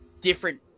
different